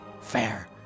fair